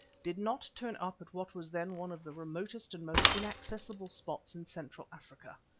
did not turn up at what was then one of the remotest and most inaccessible spots in central africa.